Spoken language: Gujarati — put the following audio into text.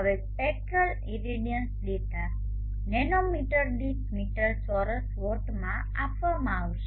હવે સ્પેકટરલ ઇરેડિયન્સ ડેટા નેનોમીટર દીઠ મીટર ચોરસ વોટમાં આપવામાં આવે છે